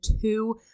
two